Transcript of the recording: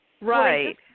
right